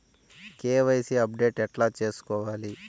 KYC update ఎట్లా సేసుకోవాలి?